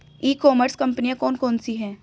ई commerce कंपनियाँ कौन कौन सी हैं?